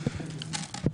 כן,